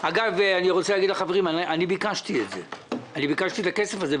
אני ביקשתי את הכסף הזה,